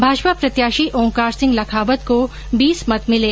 भाजपा प्रत्याशी ओंकार सिंह लखावत को बीस मत मिले